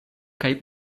kaj